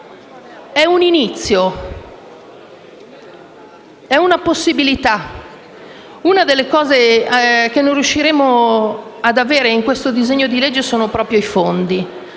è un inizio, una possibilità. Una delle cose che non riusciremo ad avere con questo disegno di legge sono proprio le